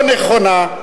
לא נכונה,